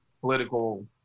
political